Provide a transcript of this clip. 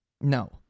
No